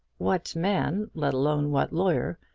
what man, let alone what lawyer,